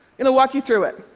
and i'll walk you through it.